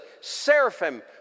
seraphim